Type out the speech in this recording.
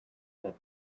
that